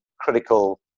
critical